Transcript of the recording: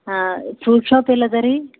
ಹಾಂ fruit shop ಎಲ್ಲಿದೆ ರೀ